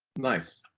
nice.